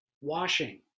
washing